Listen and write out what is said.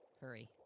Hurry